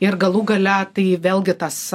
ir galų gale tai vėlgi tas